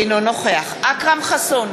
אינו נוכח אכרם חסון,